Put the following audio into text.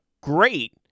great